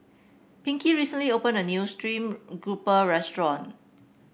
Pinkie recently opened a new stream grouper restaurant